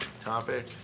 topic